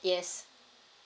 yes